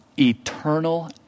Eternal